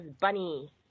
Bunny